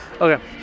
Okay